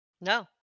No